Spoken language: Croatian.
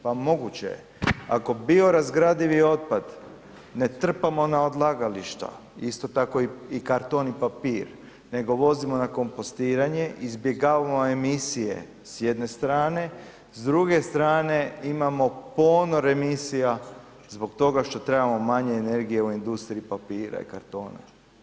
Pa moguće je ako biorazgradivi otpad ne trpamo na odlagališta, isto tako i karton i papir nego vozimo na kompostiranje, izbjegavamo emisije s jedne strane s druge strane imamo ponor emisija zbog toga što trebamo manje energije u industriji papira i kartona.